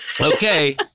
Okay